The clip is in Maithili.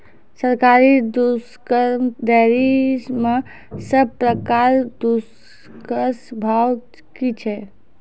सरकारी दुग्धक डेयरी मे सब प्रकारक दूधक भाव की छै?